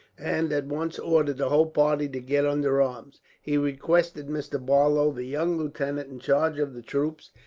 and at once ordered the whole party to get under arms. he requested mr. barlow, the young lieutenant in charge of the troops,